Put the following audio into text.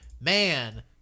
man